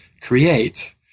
create